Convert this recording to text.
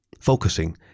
Focusing